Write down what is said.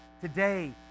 today